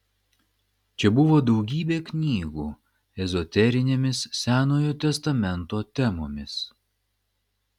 čia buvo daugybė knygų ezoterinėmis senojo testamento temomis